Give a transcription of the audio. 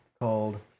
called